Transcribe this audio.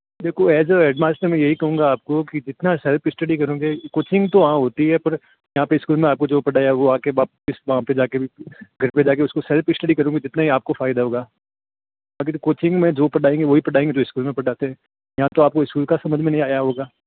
देखो as a headmaster मैं यही कहूँगा आपको कि जितना सेल्फ स्टडी करोगे कोचिंग तो हाँ होती है पर यहाँ पे स्कूल मैं आपको जो पढ़ाया वो आके वापस वहाँ पे जाके भी घर पे जाके उसको सेल्फ स्टडी करोंगे जितना ही आपको फायदा होगा अभी तो कोचिंग में जो पढ़ाएंगे वही पढ़ाएंगे जो स्कूल में पढ़ाते हैं यहाँ तो आपको स्कूल का समझ में नहीं आया होगा